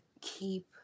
keep